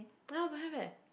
ya don't have eh